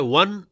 one